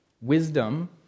Wisdom